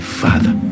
father